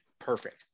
perfect